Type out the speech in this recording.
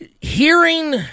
Hearing